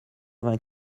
vingt